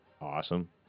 awesome